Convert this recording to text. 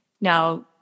Now